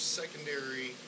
secondary